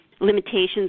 limitations